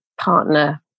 partner